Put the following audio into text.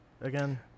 again